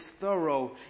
thorough